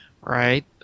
right